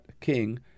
King